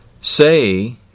Say